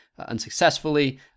unsuccessfully